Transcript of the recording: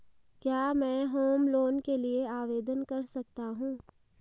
क्या मैं home loan के लिए आवेदन कर सकता हूं?